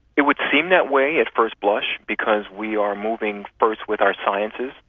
it would seem that way at first blush because we are moving first with our sciences.